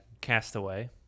castaway